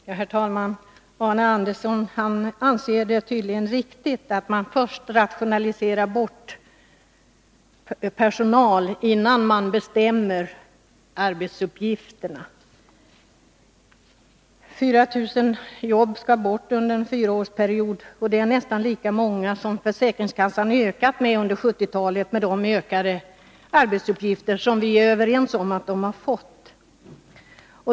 Herr talman! Arne Andersson i Gustafs anser det tydligen vara riktigt att man först rationaliserar bort personal och sedan bestämmer arbetsuppgifterna. 4 000 jobb skall bort under en fyraårsperiod. Det är nästan lika många som försäkringskassorna har ökat med under 1970-talet med de ökade arbetsuppgifter som vi är överens om att kassorna har fått.